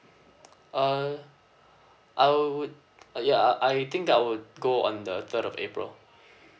uh I would uh ya uh I think I would go on the third of april